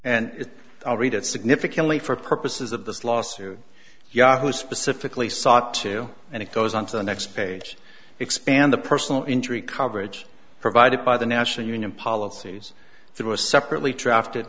and i'll read it significantly for purposes of this lawsuit yahoo specifically sought to and it goes on to the next page expand the personal injury coverage provided by the national union policies through a separately drafted